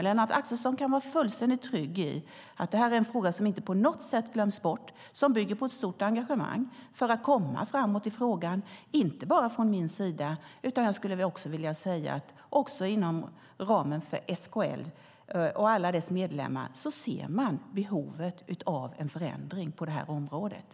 Lennart Axelsson kan vara fullständigt trygg i att det här är en fråga som inte på något sätt glöms bort. Det finns ett stort engagemang för att komma framåt i frågan, och inte bara från min sida utan också inom ramen för SKL och alla dess medlemmar. De ser behovet av en förändring på det här området.